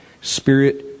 spirit